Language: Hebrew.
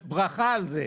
וברכה על זה,